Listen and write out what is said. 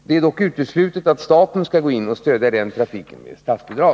Det är dock uteslutet att staten skall gå in och stödja trafiken med statsbidrag.